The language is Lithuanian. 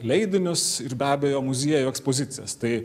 leidinius ir be abejo muziejų ekspozicijas tai